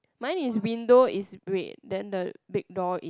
mine is window is red then the big door is